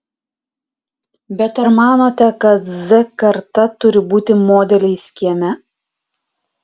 bet ar manote kad z karta turi būti modeliais kieme